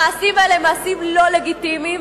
המעשים האלה הם מעשים לא לגיטימיים,